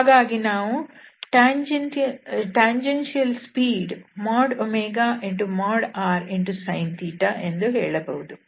ಹಾಗಾಗಿ ನಾವು ಸ್ಪರ್ಶಕ ಸ್ಪೀಡ್ rsin ಎಂದು ಹೇಳಬಹುದು